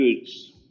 goods